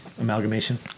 Amalgamation